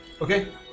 okay